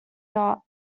knot